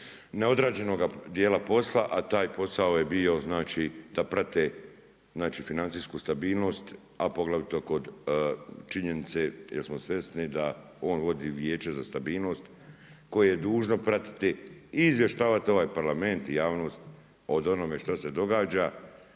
neodrađenoga dijela posla, a taj posao je bio, znači da prate znači financijsku stabilnost, a poglavito kod činjenice gdje smo svjesni da on vodi vijeće za stabilnost, koje je dužno pratiti i izvještavati ovaj Parlament i javnost o onome što se događa,